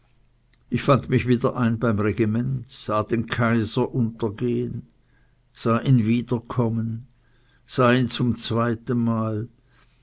ich fand mich wieder ein beim regiment sah den kaiser untergehen sah ihn wieder kommen sah ihn zum zweitenmal